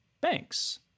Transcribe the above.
banks